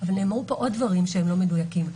אבל נאמרו פה עוד דברים שהם לא מדויקים.